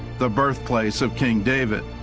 the birthplace of king david.